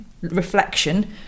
reflection